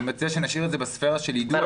אני מציע שנשאיר את זה בספרה של יידוע.